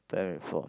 primary four